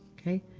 ok.